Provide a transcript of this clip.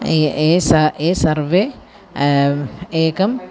ए एस ए सर्वे एकं